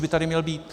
Už by tady měl být.